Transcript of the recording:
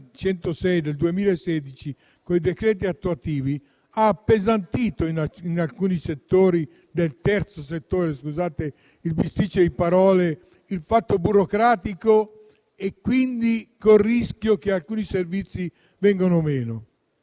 del 2016, con i decreti attuativi, ha appesantito in alcuni comparti del Terzo settore la burocrazia, con il rischio che alcuni servizi vengano meno.